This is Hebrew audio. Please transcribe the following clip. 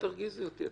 אל תרגיזי אותי,